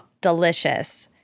delicious